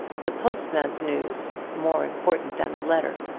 the postman's news, more important than the letter,